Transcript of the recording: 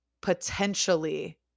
potentially